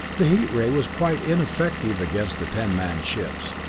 the heat ray was quite ineffective against the ten-man ships,